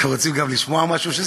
אתם רוצים גם לשמוע משהו,